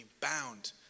bound